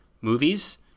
movies